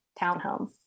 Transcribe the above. townhome